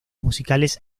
musicales